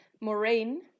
Moraine